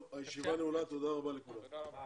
טוב, הישיבה נעולה, תודה רבה לכולם.